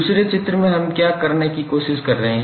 दूसरे चित्र में हम क्या करने की कोशिश कर रहे हैं